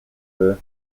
cafe